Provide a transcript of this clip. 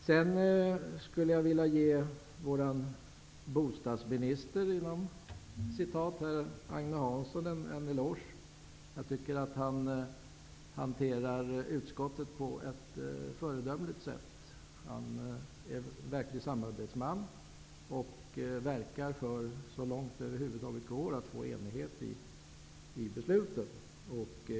Jag skulle sedan vilja ge vår ''bostadsminister'', Agne Hansson, en eloge. Jag tycker att han hanterar utskottet på ett föredömligt sätt. Han är en verklig samarbetsman och verkar, så långt det över huvud taget går, för att uppnå enighet i besluten.